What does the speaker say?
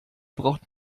braucht